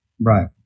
Right